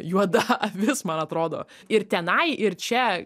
juoda avis man atrodo ir tenai ir čia